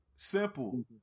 simple